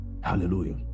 Hallelujah